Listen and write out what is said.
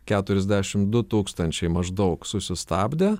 keturisdešimt du tūkstančiai maždaug susistabdė